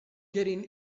getting